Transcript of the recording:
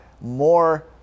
more